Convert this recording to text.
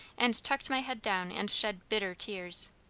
and tucked my head down and shed bitter tears.